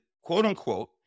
quote-unquote